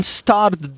start